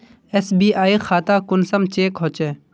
SBI खाता कुंसम check होचे?